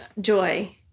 joy